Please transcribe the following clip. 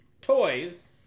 toys